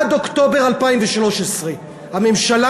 עד אוקטובר 2013. הממשלה,